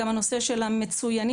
גם הנושא של המצוינים,